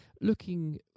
Looking